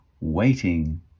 waiting